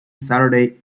saturday